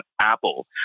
Apple